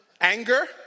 Anger